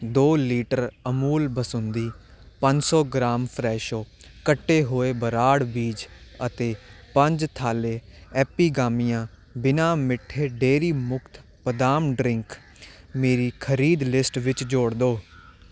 ਦੋ ਲੀਟਰ ਅਮੂਲ ਬਸੁੰਦੀ ਪੰਜ ਸੋ ਗ੍ਰਾਮ ਫਰੈਸ਼ੋ ਕੱਟੇ ਹੋਏ ਬਰਾਡ ਬੀਨਜ਼ ਅਤੇ ਪੰਜ ਥੈਲੈ ਐਪੀਗਾਮੀਆ ਬਿਨਾਂ ਮਿੱਠੇ ਡੇਅਰੀ ਮੁਕਤ ਬਦਾਮ ਡਰਿੰਕ ਮੇਰੀ ਖਰੀਦੀ ਲਿਸਟ ਵਿੱਚ ਜੋੜ ਦੋ